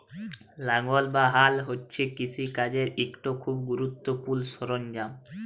লাঙ্গল বা হাল হছে কিষিকাজের ইকট খুব গুরুত্তপুর্ল সরল্জাম